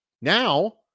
Now